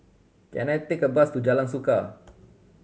can I take a bus to Jalan Suka